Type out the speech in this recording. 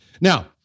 Now